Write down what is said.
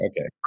Okay